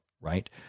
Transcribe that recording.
right